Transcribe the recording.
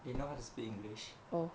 they know how to speak english